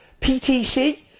PTC